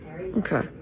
Okay